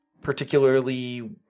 particularly